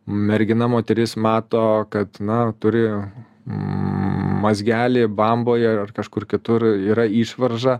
mergina moteris mato kad na turi mazgelį bamboje ar kažkur kitur yra išvarža